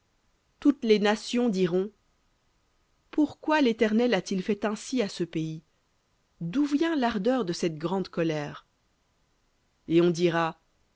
toutes les nations diront pourquoi l'éternel a-t-il fait ainsi à ce pays d'où vient l'ardeur de cette grande colère et on dira